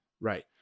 right